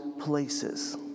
places